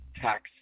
Tax